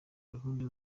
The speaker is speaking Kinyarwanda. gahunda